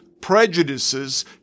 prejudices